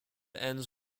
ends